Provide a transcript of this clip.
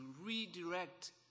redirect